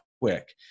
quick